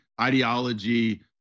ideology